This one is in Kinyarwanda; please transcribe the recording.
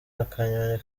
akanyoni